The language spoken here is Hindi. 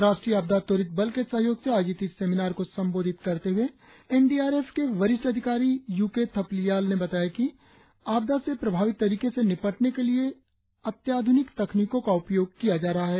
राष्ट्रीय आपदा त्वरित बल के सहयोग से आयोजित इस सेमिनार को संबोधित करते हए एन डी आर एफ के वरिष्ठ अधिकारी यू के थपलियाल ने बताया कि आपदा से प्रधावी तरीके से निपटने के इए अत्याध्रनिक तकनिकों का उपयोग किया जा रहा है